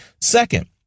Second